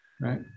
right